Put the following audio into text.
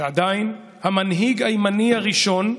ועדיין המנהיג הימני הראשון,